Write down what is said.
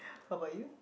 what about you